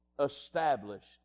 established